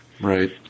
Right